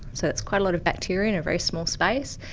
so it's quite a lot of bacteria in a very small space.